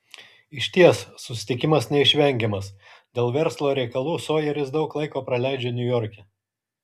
išties susitikimas neišvengiamas dėl verslo reikalų sojeris daug laiko praleidžia niujorke